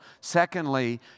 Secondly